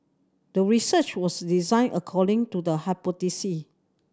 the research was designed according to the hypothesis